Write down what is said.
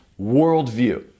worldview